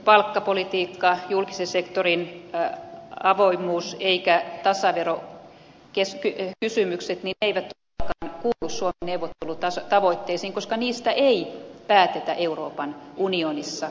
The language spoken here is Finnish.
palkkapolitiikka julkisen sektorin avoimuus ja tasaverokysymykset eivät todellakaan kuulu suomen neuvottelutavoitteisiin koska niistä ei päätetä euroopan unionissa